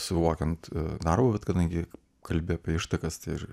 suvokiant darbą bet kadangi kalbi apie ištakas tai ir